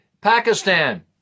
Pakistan